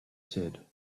said